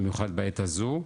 במיוחד בעת הזו,